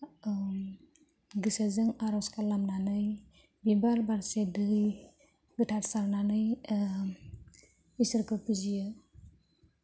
गोसोजों आरज खालामनानै बिबार बारसे दै गोथार सारनानै इसोरखौ फुजियो